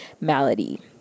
malady